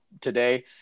today